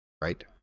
right